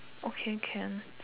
okay can